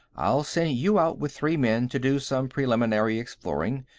i'll send you out with three men to do some preliminary exploring.